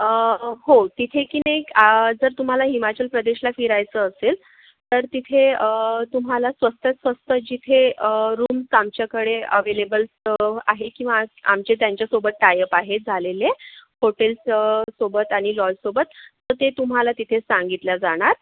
अं हो तिथे की नाही एक आं जर तुम्हाला हिमाचल प्रदेशला फिरायचं असेल तर तिथे अं तुम्हाला स्वस्तात स्वस्त जिथे अं रूम्स आमच्याकडे अवेलेबल्स अं आहे किंवा आमचे त्यांच्यासोबत टायअप आहेत झालेले हॉटेल्स अं सोबत आणि लॉजसोबत तर ते तुम्हाला तिथे सांगितल्या जाणार